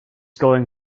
going